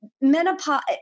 menopause